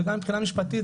וגם מבחינה משפטית,